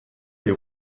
les